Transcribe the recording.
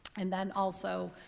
and then also,